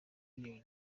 union